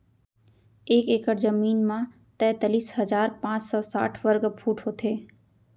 एक एकड़ जमीन मा तैतलीस हजार पाँच सौ साठ वर्ग फुट होथे